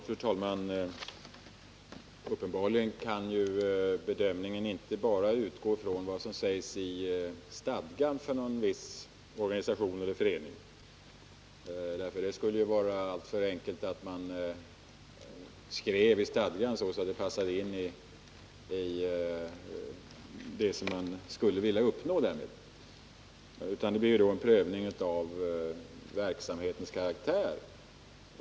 Fru talman! Vid bedömningen kan man uppenbarligen inte bara utgå från vad som sägs i stadgarna för en viss organisation eller förening. Det skulle vara alltför enkelt, om man i stadgarna kunde skriv in vad som passar för det mål man med skrivningen vill uppnå. Det måste i st verksamhetens karaktär.